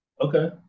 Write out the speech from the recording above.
Okay